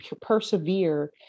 persevere